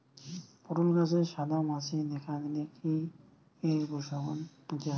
পটল গাছে সাদা মাছি দেখা দিলে কি কি উপসর্গ নিতে হয়?